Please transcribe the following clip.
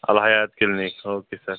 الحیات clinic okay سر